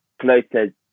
closer